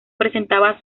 presentaba